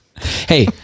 Hey